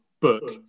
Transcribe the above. Book